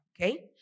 okay